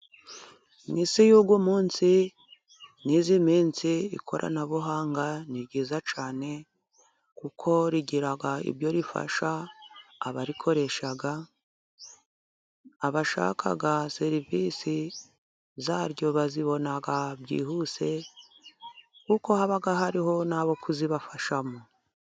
Mu isi y'uyu munsi n'iyi minsi, ikoranabuhanga ni ryiza cyane kuko rigira ibyo rifasha abarikoresha, abashaka serivisi zaryo bazibona byihuse, kuko haba hariho n'abo kuzibafashamo.